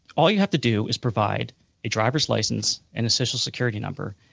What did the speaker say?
all you have to do is provide a driver's license and a social security number,